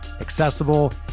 accessible